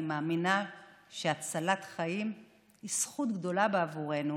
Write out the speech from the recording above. אני מאמינה שהצלת חיים היא זכות גדולה בעבורנו,